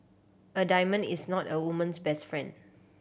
a diamond is not a woman's best friend